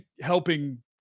helping